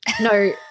No